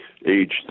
aged